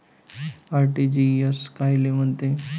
RTGS कायले म्हनते?